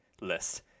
list